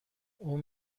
اون